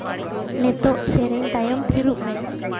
ᱱᱤᱛᱚᱜ ᱥᱮᱨᱮᱧ ᱛᱟᱭᱚᱢ ᱛᱷᱤᱨᱚᱜ ᱢᱮ